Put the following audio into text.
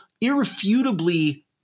irrefutably